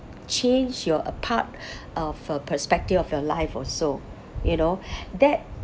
changed your a part uh from the perspective of your life also you know that appreciate that that